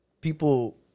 people